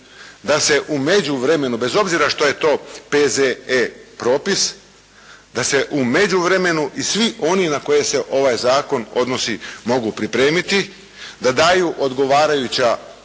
da se u međuvremenu bez obzira što je to P.Z.E. propis, da se u međuvremenu i svi oni na koje se ovaj zakon odnosi, mogu pripremiti, da daju odgovarajuća rješenja